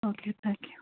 okay thank you